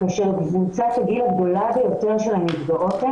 כאשר קבוצת הגיל הגדולה ביותר של הנפגעות,